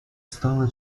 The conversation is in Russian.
стала